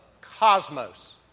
cosmos